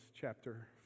chapter